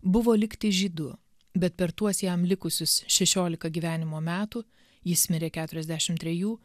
buvo likti žydu bet per tuos jam likusius šešiolika gyvenimo metų jis mirė keturiasdešimt trejų